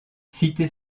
cité